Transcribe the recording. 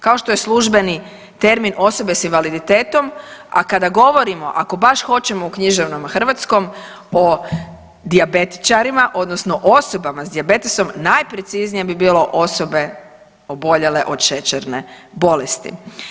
Kao što je službeni termin osobe s invaliditetom, a kada govorimo ako baš hoćemo u književnom hrvatskom o dijabetičarima odnosno osobama s dijabetesom najpreciznije bi bilo osobe oboljele od šećerne bolesti.